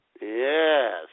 Yes